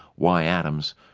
why atoms?